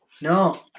No